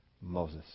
Moses